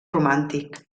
romàntic